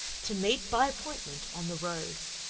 to meet, by appointment, on the road.